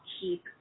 keep